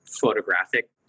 photographic